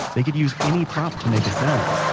they could use any prop to make a sound,